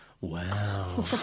Wow